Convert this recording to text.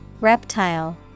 Reptile